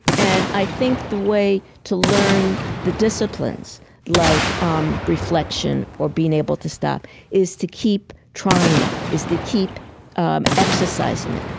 and i think the way to learn the disciplines like um reflection or being able to stop is to keep trying it, is to keep um exercising it.